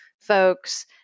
folks